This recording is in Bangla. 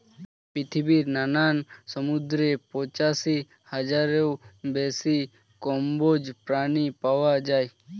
পৃথিবীর নানান সমুদ্রে পঁচাশি হাজারেরও বেশি কম্বোজ প্রাণী পাওয়া যায়